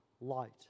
Light